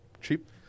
cheap